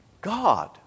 God